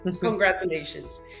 congratulations